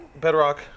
Bedrock